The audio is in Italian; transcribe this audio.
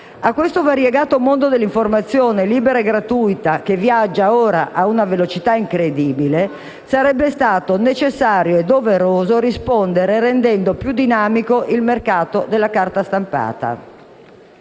A questo variegato mondo dell'informazione libera e gratuita, che viaggia ora a una velocità incredibile, sarebbe stato necessario e doveroso rispondere rendendo più dinamico il mercato della carta stampata.